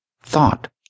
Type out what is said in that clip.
thought